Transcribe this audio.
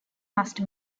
must